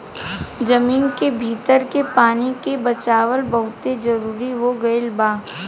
जमीन के भीतर के पानी के बचावल बहुते जरुरी हो गईल बा